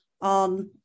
on